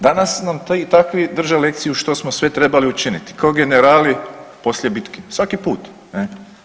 Danas nam ti i takvi drže lekciju što smo sve trebali učiniti kao generali poslije bitke, svaki put.